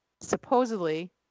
supposedly